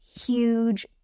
huge